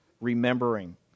remembering